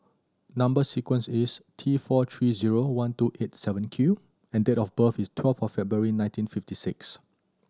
number sequence is T four three zero one two eight seven Q and date of birth is twelve of February nineteen fifty six